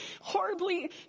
horribly